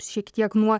šiek tiek nuo